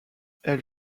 elle